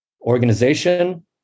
organization